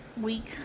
week